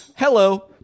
hello